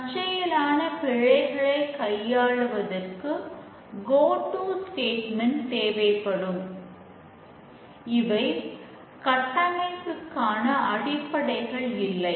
இவை கட்டமைப்புக்கான அடிப்படைகள் இல்லை